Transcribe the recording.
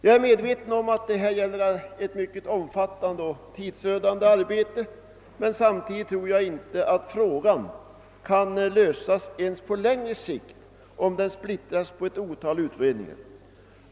Jag är medveten om att det här gäller ett mycket omfattande och tidsödande arbete, men samtidigt tror jag inte att frågan kan lösas ens på längre sikt om den splittras på ett otal utredningar.